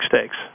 stakes